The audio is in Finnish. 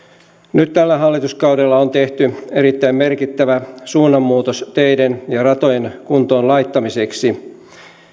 nyt tällä hallituskaudella on tehty erittäin merkittävä suunnanmuutos teiden ja ratojen kuntoon laittamiseksi